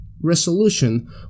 resolution